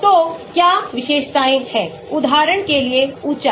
तो क्या विशेषताएँ है उदाहरण के लिए ऊंचाई